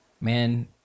man